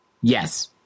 Yes